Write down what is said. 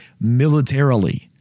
militarily